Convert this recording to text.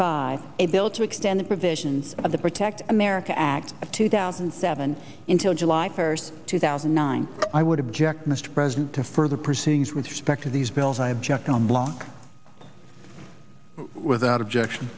five a bill to extend the provisions of the protect america act of two thousand and seven in till july first two thousand and nine i would object mr president to further proceedings with respect to these bills i object on block without objection